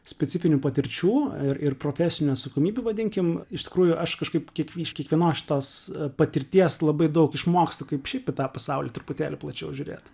specifinių patirčių ir ir profesinių atsakomybių vadinkim iš tikrųjų aš kažkaip kiek iš kiekvienos šitos patirties labai daug išmokstu kaip šiaip į tą pasaulį truputėlį plačiau žiūrėt